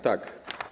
Tak.